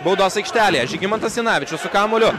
baudos aikštelėje žygimantas janavičius su kamuoliu